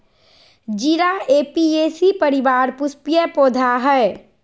जीरा ऍपियेशी परिवार पुष्पीय पौधा हइ